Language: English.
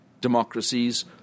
democracies